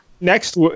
next